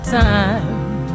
time